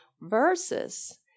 versus